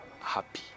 Happy